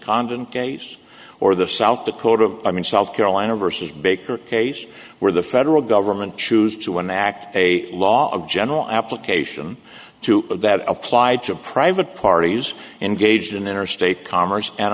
condon case or the south dakota i mean south carolina versus baker case where the federal government choose to act a law of general application to have that applied to private parties engaged in interstate commerce and